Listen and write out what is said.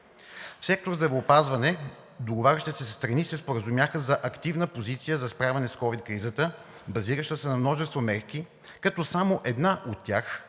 В сектор „Здравеопазване“ договарящите се страни се споразумяха за активна позиция за справяне с ковид кризата, базираща се на множество мерки, като само една от тях